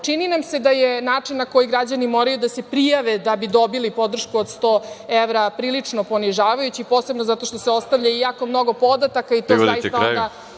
nam se da je način na koji građani moraju da se prijave da bi dobili podršku od 100 evra prilično ponižavajući, posebno zato što se ostavlja jako mnogo podataka. **Veroljub